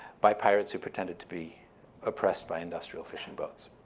by pirates who pretended to be oppressed by industrial fishing boats.